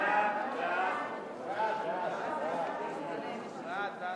סעיף 1, כהצעת הוועדה